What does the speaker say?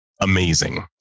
amazing